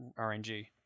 RNG